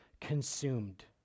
consumed